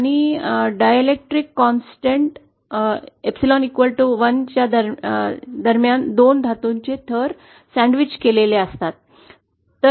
काही डायलेक्ट्रिक स्थिर 𝝴 1 दरम्यान दोन धातूचे थर सँडविच केलेले असतात